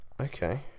Okay